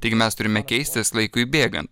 taigi mes turime keistis laikui bėgant